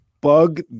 bug